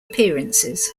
appearances